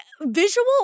visual